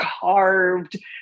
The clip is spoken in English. carved